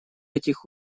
этих